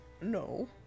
No